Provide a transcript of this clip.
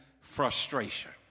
frustration